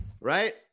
right